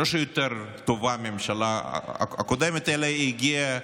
לא שהיא יותר טובה מהממשלה הקודמת, אלא היא הגיעה